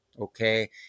Okay